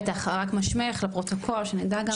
בטח, רק מה שמך לפרוטוקול שנדע גם.